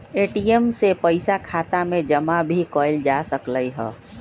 ATM से पइसा खाता में जमा भी कएल जा सकलई ह